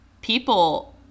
people